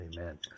Amen